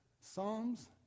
Psalms